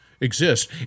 Exist